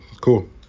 cool